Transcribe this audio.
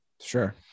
Sure